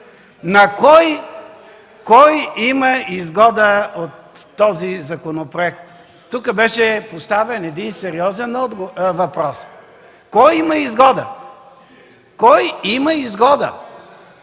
Кой има изгода от този законопроект? Тук беше поставен един сериозен въпрос: кой има изгода? Кой има изгода!